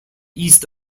east